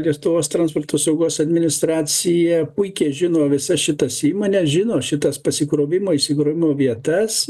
lietuvos transporto saugos administracija puikiai žino visas šitas įmone žino šitas pasikrovimo išsikrovimo vietas